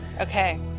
Okay